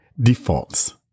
Defaults